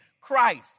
Christ